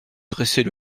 dressait